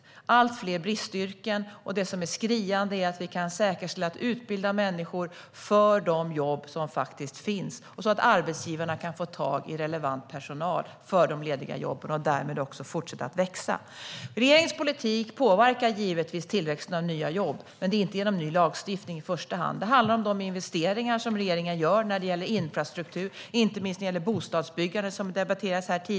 De finns allt fler bristyrken, och det skriande behovet är att vi kan säkerställa att utbilda människor för de jobb som faktiskt finns, så att arbetsgivarna kan få tag i relevant personal för de lediga jobben. Därmed kan också företagen fortsätta att växa. Regeringens politik påverkar givetvis tillväxten av nya jobb, men det gör man inte i första hand genom ny lagstiftning. Det handlar om de investeringar som regeringen gör i infrastruktur, inte minst när det gäller bostadsbyggandet som tidigare debatterades här.